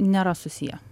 nėra susiję